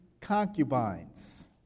concubines